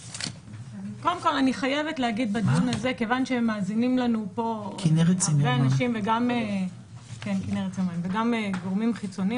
אני חייבת לומר כיוון שמאזינים לנו הרבה אנשים וגם גורמים חיצוניים